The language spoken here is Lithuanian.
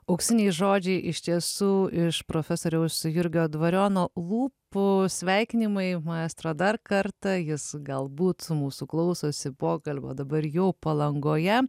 auksiniai žodžiai iš tiesų iš profesoriaus jurgio dvariono lūpų sveikinimai maestro dar kartą jis galbūt mūsų klausosi pokalbio dabar jau palangoje